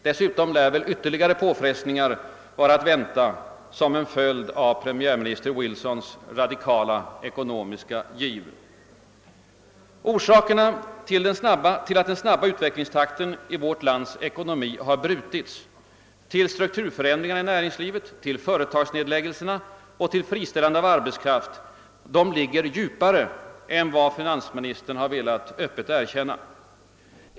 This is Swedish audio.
Dessutom lär väl ytterligare påfrestningar vara att vänta som en följd av premiärminister Wilsons radikala ekonomiska giv. Orsakerna till att den snabba utvecklingstakten i vårt lands ekonomi har brutits, till strukturförändringarna i näringslivet, till företagsnedläggelserna och till friställandet av arbetskraft ligger djupare än finansministern har velat öppet erkänna.